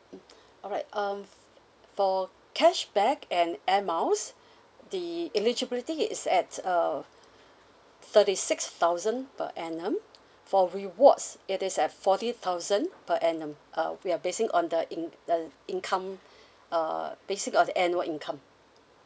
alright um f~ for cashback and air miles the eligibility is at uh thirty six thousand per annum for rewards it is at forty thousand per annum uh we are basing on the in~ the income uh basis of annual income